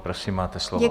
Prosím, máte slovo.